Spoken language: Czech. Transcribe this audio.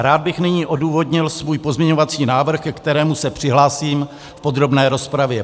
Rád bych nyní odůvodnil svůj pozměňovací návrh, ke kterému se přihlásím v podrobné rozpravě.